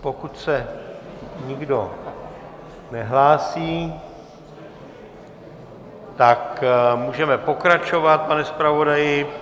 Pokud se nikdo nehlásí, tak můžeme pokračovat, pane zpravodaji.